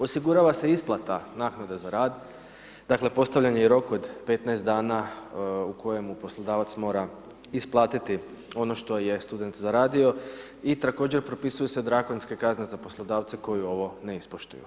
Osigurava se isplata naknade za rad, dakle postavljen je rok od 15 dana u kojemu poslodavac mora isplatiti ono što je student zaradio i također propisuju se drakonske kazne za poslodavce koji ovo ne ispoštuju.